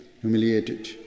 humiliated